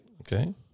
Okay